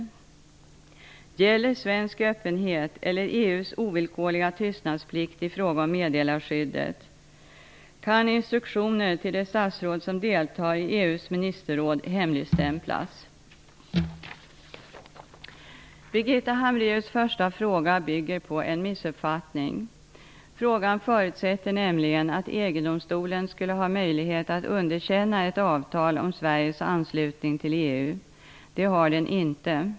4. iGäller svensk öppenhet eller EU:s ovillkorliga tystnadsplikt i fråga om meddelarskyddet? Birgitta Hambraeus första fråga bygger på en missuppfattning. Frågan förutsätter nämligen att EG-domstolen skulle ha möjlighet att underkänna ett avtal om Sveriges anslutning till EU. Det har den inte.